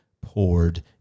poured